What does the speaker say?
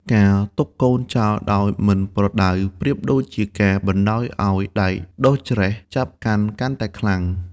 ការទុកកូនចោលដោយមិនប្រដៅប្រៀបដូចជាការបណ្ដោយឱ្យដែកដុះច្រែះចាប់កាន់តែខ្លាំង។